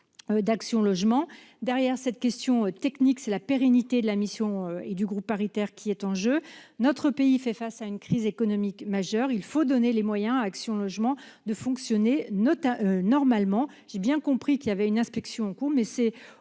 d'Action logement. Derrière cette question technique, c'est la pérennité de la mission et du groupe paritaire qui est en jeu. Notre pays fait face à une crise économique majeure. Il faut donner les moyens à Action logement de fonctionner normalement. J'ai bien compris qu'une inspection était en cours, mais c'est